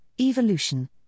evolution